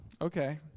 Okay